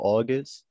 August